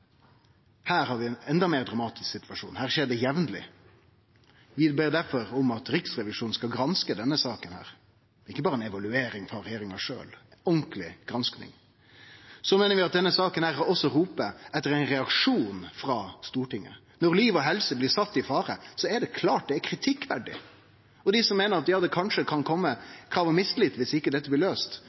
Her har vi ein endå meir dramatisk situasjon, her skjer det jamleg. Vi ber difor Riksrevisjonen granske denne saka – ikkje berre ei evaluering frå regjeringa sjølv, ei ordentlig gransking. Vi meiner at denne saka òg roper etter ein reaksjon frå Stortinget. Når liv og helse blir sett i fare, er det klart det er kritikkverdig. Til dei som meiner at kanskje det vil kome krav om mistillit dersom ikkje dette blir løyst: